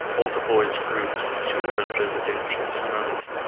altar boys' groups, children's residential homes,